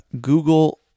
Google